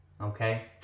okay